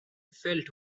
felt